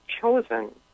chosen